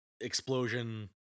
explosion